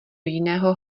jiného